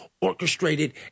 orchestrated